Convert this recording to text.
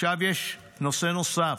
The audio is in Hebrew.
עכשיו יש נושא נוסף: